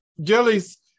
Jelly's